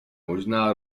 možná